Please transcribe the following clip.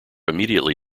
immediately